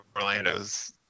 Orlando's